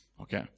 Okay